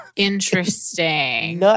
Interesting